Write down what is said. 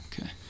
Okay